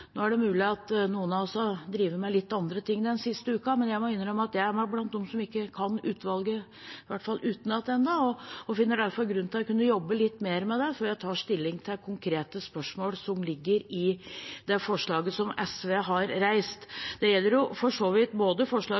Nå er det mulig at noen av oss har drevet med litt andre ting den siste uka, men jeg må innrømme at jeg er blant dem som ikke kan rapporten fra utvalget – i hvert fall ikke utenat – ennå, og jeg finner derfor grunn til å kunne jobbe litt mer med den før jeg tar stilling til konkrete spørsmål som ligger i det forslaget som SV har reist. Det gjelder for så vidt både